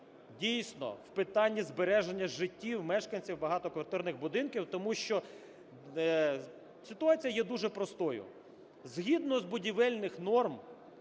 дійсно в питанні збереження життів мешканців багатоквартирних будинків, тому що ситуація є дуже простою. Згідно з будівельних норм,